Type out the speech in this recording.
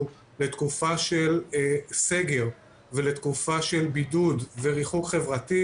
לתקופה של סגר ולתקופה של בידוד וריחוק חברתי,